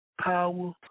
Power